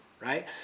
right